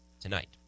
tonight